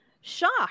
shocked